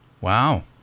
Wow